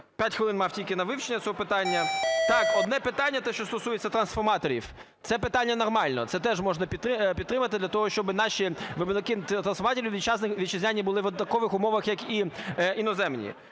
я 5 хвилин мав тільки на вивчення цього питання. Так, одне питання, те, що стосується трансформаторів, це питання нормальне, це теж можна підтримати для того, щоби наші виробники трансформаторів вітчизняні були в однакових умовах, як і іноземні.